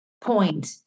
point